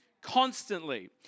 constantly